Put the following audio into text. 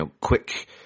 quick